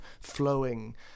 flowing